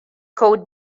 code